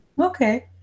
Okay